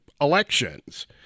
elections